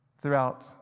throughout